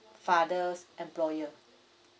father's employer